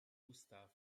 gustav